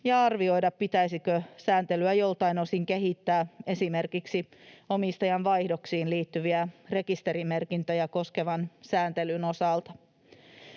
ja arvioida, pitäisikö sääntelyä joltain osin kehittää esimerkiksi omistajanvaihdoksiin liittyvän rekisterimerkintöjä koskevan sääntelyn osalta.